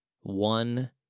One